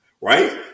right